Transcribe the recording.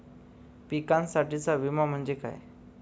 पिकांसाठीचा विमा म्हणजे काय?